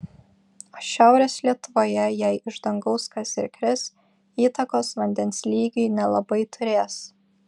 o šiaurės lietuvoje jei iš dangaus kas ir kris įtakos vandens lygiui nelabai turės